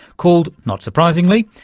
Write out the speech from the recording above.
called, not surprisingly,